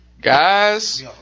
guys